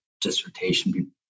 dissertation